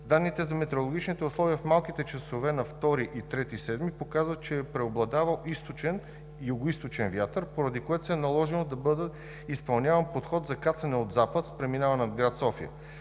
Данните за метеорологичните условия в малките часове на 2 юли и 3 юли показват, че е преобладавал източен и югоизточен вятър, поради което се е наложило да бъде изпълняван подход за кацане от запад с преминаване над град София.